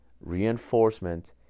reinforcement